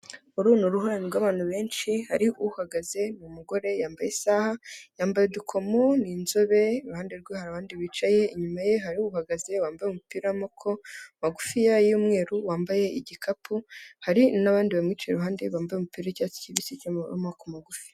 Uru ni uruhurirane rw'abantu benshi, hari uhagaze ni umugore yambaye isaha, yambaye udukomo, ni inzobe, iruhande rwe hari abandi bicaye, inyuma ye hari uhagaze wambaye umupira w'amaboko magufiya y'umweru wambaye igikapu, hari n'abandi bamwicaye iruhande bambaye umupira w'icyatsi kibisi w'amaboko magufi.